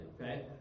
okay